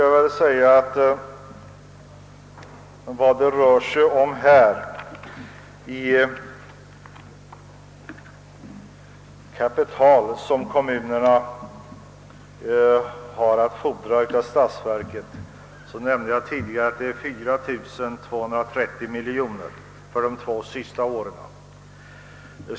Jag nämnde tidigare att det kapital som kommunerna har att fordra av statsverket rör sig om 4230 miljoner kronor för de två senaste åren.